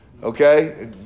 Okay